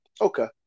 Okay